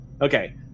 Okay